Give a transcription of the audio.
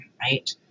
right